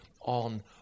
on